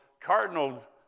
cardinal